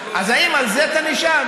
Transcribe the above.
האם על זה אתה נשען?